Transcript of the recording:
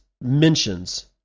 mentions